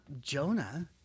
Jonah